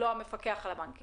אבל לא המפקח על הבנקים.